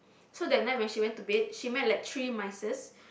so that night when she went to bed she met like three mices